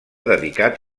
dedicat